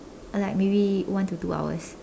like maybe one to two hours